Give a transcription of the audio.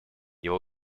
его